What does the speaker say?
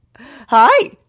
hi